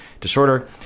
disorder